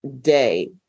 day